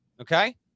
okay